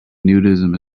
nudism